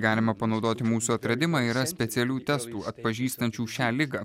galima panaudoti mūsų atradimą yra specialių testų atpažįstančių šią ligą kūrimas suprasdami kad